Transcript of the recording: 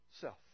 self